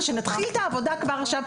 שנתחיל את העבודה כבר עכשיו,